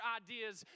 ideas